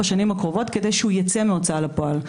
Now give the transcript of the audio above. השנים הקרובות כדי שהוא יצא מההוצאה לפועל.